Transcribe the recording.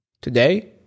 Today